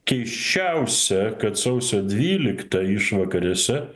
keisčiausia kad sausio dvyliktą išvakarėse